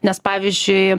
nes pavyzdžiui